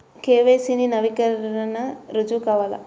KYC నవీకరణకి రుజువు కావాలా?